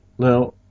Now